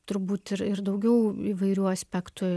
turbūt ir ir daugiau įvairių aspektų